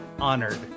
honored